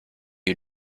you